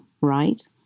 right